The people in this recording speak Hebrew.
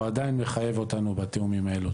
הוא עדיין מחייב אותנו בתיאומים האלו.